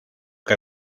que